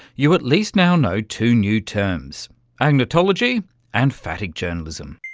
you at least now know two new terms agnotology and phatic journalism.